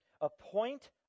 appoint